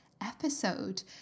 episode